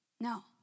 No